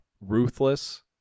Ruthless